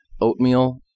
Oatmeal